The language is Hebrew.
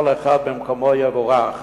כל אחד במקומו יבורך.